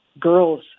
girls